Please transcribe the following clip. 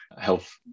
health